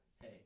hey